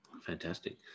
Fantastic